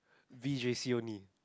V_J_C only